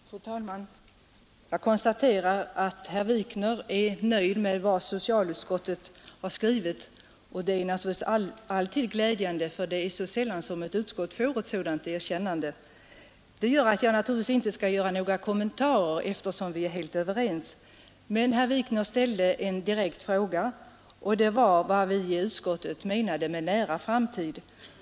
Fru talman! Jag konstaterar att herr Wikner är nöjd med vad socialutskottet har skrivit. Det är naturligtvis glädjande, för det är så sällan ett utskott får ett sådant erkännande av en motionär. Jag skall naturligtvis inte göra några kommentarer till herr Wikners anförande eftersom vi är helt överens. Herr Wikner ställde emellertid en direkt fråga till mig, nämligen vad vi i utskottet menar med en nära framtid.